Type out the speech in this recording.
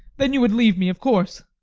then you would leave me, of course?